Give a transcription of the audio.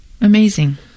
Amazing